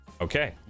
Okay